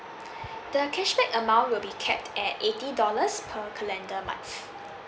the cashback amount will be capped at eighty dollars per calendar month